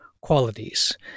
qualities